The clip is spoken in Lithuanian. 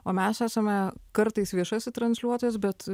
o mes esame kartais viešasis transliuotojas bet